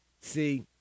see